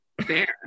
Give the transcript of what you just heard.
Fair